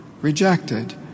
rejected